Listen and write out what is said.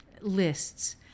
lists